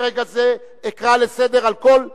מרגע זה אקרא לסדר על כל הפרעה.